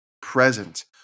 present